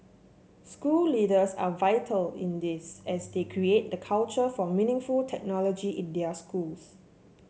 school leaders are vital in this as they create the culture for meaningful technology in their schools